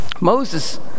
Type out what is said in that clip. Moses